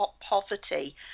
poverty